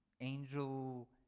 angel